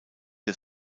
der